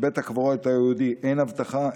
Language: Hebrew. בבית הקברות היהודי אין אבטחה,